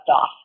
off